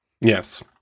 Yes